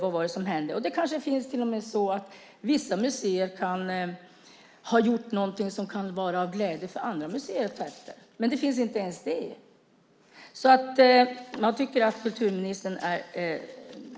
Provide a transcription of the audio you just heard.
Vissa museer kanske till och med har gjort något som kan vara till glädje för andra museer att ta efter. Inte ens det finns. Jag tycker att kulturministern är skyldig mig många svar. Vi får väl ta upp det vid något annat tillfälle också. Jag kommer att bevaka detta.